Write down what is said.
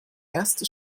erste